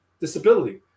disability